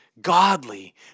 godly